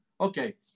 okay